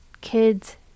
kids